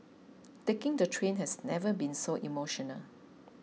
taking the train has never been so emotional